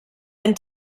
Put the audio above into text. ein